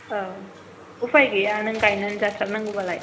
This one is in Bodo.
औ उफाय गैया नों गायना जाथारनांगौ बालाय